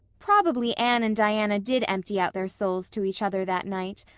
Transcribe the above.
probably anne and diana did empty out their souls to each other that night,